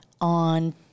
on